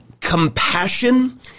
compassion